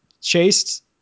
chased